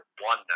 one